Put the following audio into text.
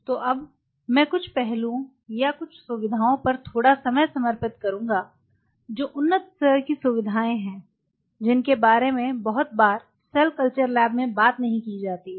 तो अब मैं कुछ पहलुओं या कुछ सुविधाओं पर थोड़ा समय समर्पित करूंगा जो उन्नत स्तर की सुविधाएं हैं जिनके बारे में बहुत बार सेल कल्चर लैब में बात नहीं की जाती है